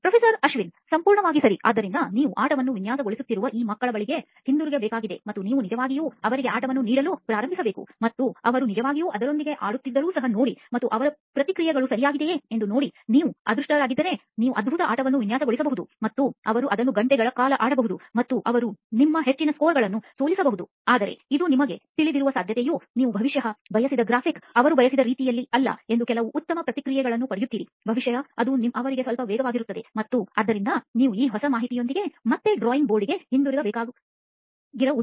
professor Ashwin ಸಂಪೂರ್ಣವಾಗಿ ಸರಿ ಆದ್ದರಿಂದ ನೀವು ಆಟವನ್ನು ವಿನ್ಯಾಸಗೊಳಿಸುತ್ತಿರುವ ಈ ಮಕ್ಕಳ ಬಳಿಗೆ ಹಿಂತಿರುಗಬೇಕಾಗಿದೆ ಮತ್ತು ನೀವು ನಿಜವಾಗಿಯೂ ಅವರಿಗೆ ಆಟವನ್ನು ನೀಡಲು ಪ್ರಾರಂಭಿಸಬೇಕು ಮತ್ತು ಅವರು ನಿಜವಾಗಿಯೂ ಅದರೊಂದಿಗೆ ಆಡುತ್ತಿದ್ದರೂ ಸಹ ನೋಡಿ ಮತ್ತು ಅವರ ಪ್ರತಿಕ್ರಿಯೆಗಳು ಸರಿಯಾಗಿದೆ ಎಂದು ನೋಡಿ ನೀವು ಅದೃಷ್ಟರಾಗಿದ್ದರೆ ನೀವು ಅದ್ಭುತ ಆಟವನ್ನು ವಿನ್ಯಾಸಗೊಳಿಸಿರಬಹುದು ಮತ್ತು ಅವರು ಅದನ್ನು ಗಂಟೆಗಳ ಕಾಲ ಆಡಬಹುದು ಮತ್ತು ಅವರು ನಿಮ್ಮ ಹೆಚ್ಚಿನ ಸ್ಕೋರ್ಗಳನ್ನು ಸೋಲಿಸಬಹುದು ಆದರೆ ಇದು ನಿಮಗೆ ತಿಳಿದಿರುವ ಸಾಧ್ಯತೆಯೂ ನೀವು ಬಹುಶಃ ಬಯಸಿದ ಗ್ರಾಫಿಕ್ಸ್ ಅವರು ಬಯಸಿದ ರೀತಿಯಲ್ಲಿ ಅಲ್ಲ ಎಂದು ಕೆಲವು ಉತ್ತಮ ಪ್ರತಿಕ್ರಿಯೆಯನ್ನು ಪಡೆಯುತ್ತೀರಿ ಬಹುಶಃ ಅದು ಅವರಿಗೆ ಸ್ವಲ್ಪ ವೇಗವಾಗಿರುತ್ತದೆ ಮತ್ತು ಆದ್ದರಿಂದ ನೀವು ಈ ಹೊಸ ಮಾಹಿತಿಯೊಂದಿಗೆ ಮತ್ತೆ ಡ್ರಾಯಿಂಗ್ ಬೋರ್ಡ್ಗೆ ಹಿಂತಿರುಗಬೇಕಾಗಿರುವುದು